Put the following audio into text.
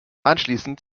anschließend